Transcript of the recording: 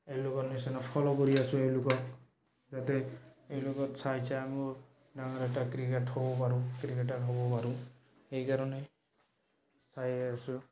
এওঁলোকৰ নিচিনা ফ'ল' কৰি আছোঁ এওঁলোকক যাতে এওঁলোকক চাই চাই মোৰ ডাঙৰ এটা ক্ৰিকেট হ'ব পাৰোঁ ক্ৰিকেটাৰ হ'ব পাৰোঁ সেইকাৰণে চায়েই আছোঁ